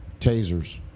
Tasers